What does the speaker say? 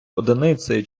одиницею